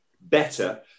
better